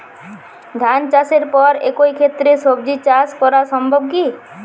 ধান চাষের পর একই ক্ষেতে সবজি চাষ করা সম্ভব কি?